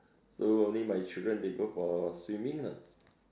so only my children they go for swimming lah